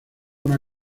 una